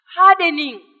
hardening